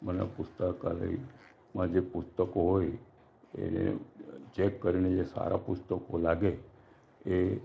મને પુસ્તકાલયમાં જે પુસ્તકો હોય એને ચેક કરીને જે સારા પુસ્તકો લાગે એ